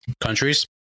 countries